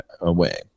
away